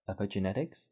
epigenetics